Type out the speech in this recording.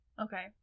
Okay